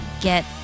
get